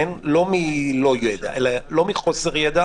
לא מחוסר ידע.